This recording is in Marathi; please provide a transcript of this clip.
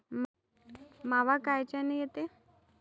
मावा कायच्यानं येते?